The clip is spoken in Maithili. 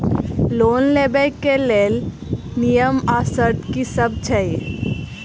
लोन लेबऽ कऽ लेल नियम आ शर्त की सब छई?